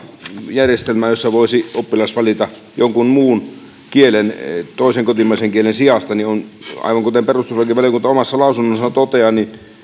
järjestelmää jossa voisi oppilas valita jonkun muun kielen toisen kotimaisen kielen sijasta on aivan kuten perustuslakivaliokunta omassa lausunnossaan toteaa